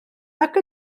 nac